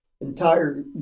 entire